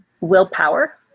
willpower